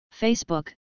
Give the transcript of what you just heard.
Facebook